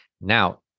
Now